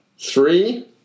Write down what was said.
Three